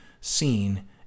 seen